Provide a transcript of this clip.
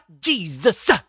Jesus